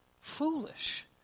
foolish